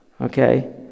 Okay